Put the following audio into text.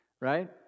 right